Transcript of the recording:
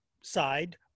side